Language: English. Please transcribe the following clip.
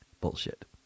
bullshit